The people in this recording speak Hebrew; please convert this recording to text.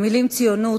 המלים ציונות,